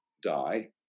die